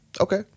Okay